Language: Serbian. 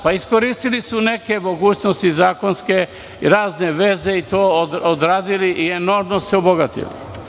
Pa, iskoristili su neke mogućnosti zakonske, razne veze i to odradili i enormno se obogatili.